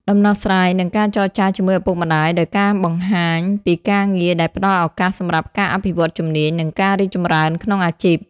ដំណោះស្រាយ និងការចរចារជាមួយឪពុកម្ដាយដោយការការបង្ហាញពីការងារដែលផ្តល់ឱកាសសម្រាប់ការអភិវឌ្ឍន៍ជំនាញ និងការរីកចម្រើនក្នុងអាជីព។